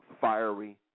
fiery